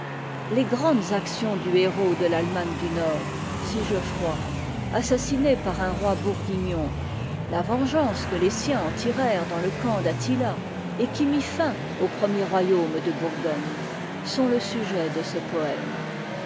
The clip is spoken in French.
les grandes actions du héros de l'allemagne du nord sigefroi assassiné par un roi bourguignon la vengeance que tes siens en tirèrent dans le camp d'attila et qui mit fin au premier royaume de bourgogne sont le sujet de ce poëme